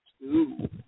two